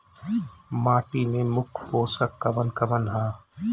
माटी में मुख्य पोषक कवन कवन ह?